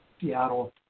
Seattle